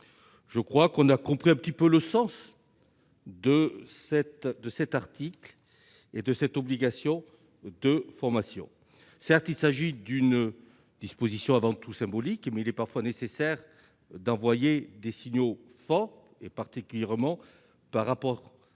nous avons compris le sens de cet article et de cette obligation de formation. Certes, il s'agit d'une disposition avant tout symbolique, mais il est parfois nécessaire d'envoyer des signaux forts, particulièrement en direction